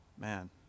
man